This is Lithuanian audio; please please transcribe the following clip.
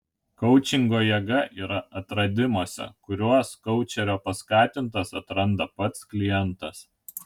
koučingo jėga yra atradimuose kuriuos koučerio paskatintas atranda pats klientas